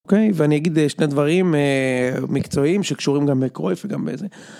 אוקיי ואני אגיד שני דברים מקצועיים שקשורים גם לקרויף גם בזה.